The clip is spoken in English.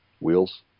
wheels